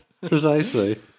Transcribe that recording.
Precisely